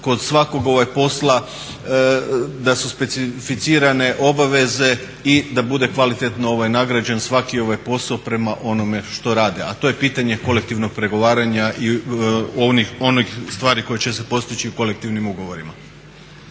kod svakog posla da su specificirane obaveze i da bude kvalitetno nagrađen svaki ovaj posao prema onome što rade, a to je pitanje kolektivnog pregovaranja i onih stvari koje će se postići kolektivnim ugovorima.